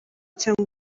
cyangwa